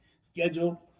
schedule